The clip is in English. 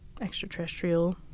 extraterrestrial